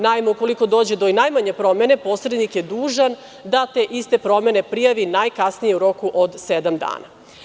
Naime, ukoliko dođe do i najmanje promene, posrednik je dužan da te iste promene prijavi najkasnije u roku od sedam dana.